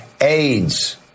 AIDS